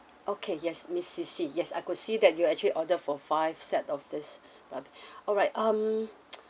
okay yes miss ceci yes I could see that you actually order for five set of this um alright um